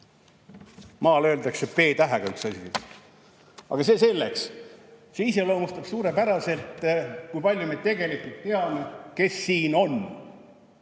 maal öeldakse üks p-tähega asi. Aga see selleks. See iseloomustab suurepäraselt, kui palju me tegelikult teame, kes siin on.